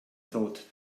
thought